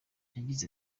yagize